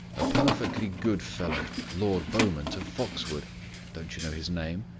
a perfectly good fellow. lord beaumont of foxwood don't you know his name?